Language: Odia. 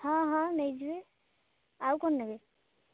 ହଁ ହଁ ନେଇଯିବେ ଆଉ କ'ଣ ନେବେ